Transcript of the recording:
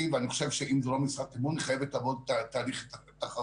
ואני חושב שאם זאת לא משרת אמון היא חייבת לעבור תהליך תחרותי.